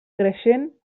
creixent